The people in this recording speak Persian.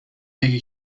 بگی